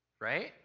right